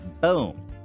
Boom